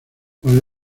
los